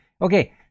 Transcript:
Okay